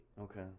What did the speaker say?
Okay